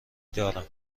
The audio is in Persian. دارم